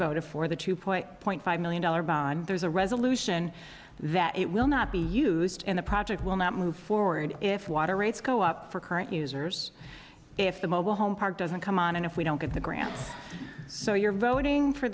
voted for the two point zero point five million dollars there's a resolution that it will not be used in the project will not move forward if water rates go up for current users if the mobile home park doesn't come on and if we don't get the grants so you're voting for